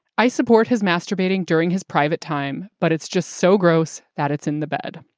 i support his masturbating during his private time, but it's just so gross that it's in the bed.